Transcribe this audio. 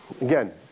again